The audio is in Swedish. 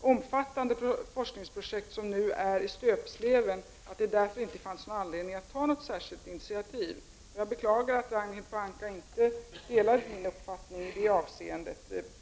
omfattande forskningsprojekt som är i stöpsleven och att det därför inte finns någon anledning att ta något särskilt initiativ. Jag beklagar att Ragnhild Pohanka inte delar min uppfattning i det avseendet.